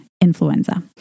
influenza